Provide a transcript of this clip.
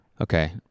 okay